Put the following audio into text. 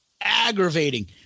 Aggravating